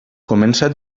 començà